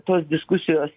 tos diskusijos